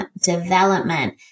development